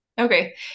Okay